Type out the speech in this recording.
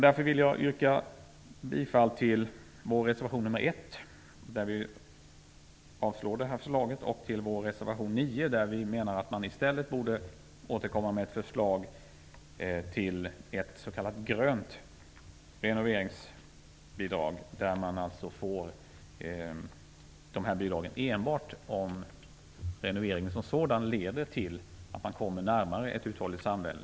Därför vill jag yrka bifall till reservation nr 1, där vi avstyrker det här förslaget, och till vår reservation nr 9, där vi menar att regeringen i stället borde återkomma med förslag till ett s.k. grönt renoveringsbidrag, där man alltså får de här bidragen enbart om renoveringen som sådan leder till att man kommer närmare ett uthålligt samhälle.